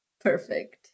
Perfect